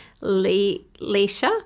Leisha